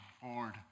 forward